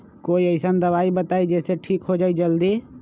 कोई अईसन दवाई बताई जे से ठीक हो जई जल्दी?